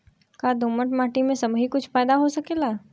का दोमट माटी में सबही कुछ पैदा हो सकेला?